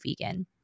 vegan